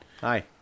Hi